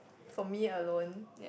for me alone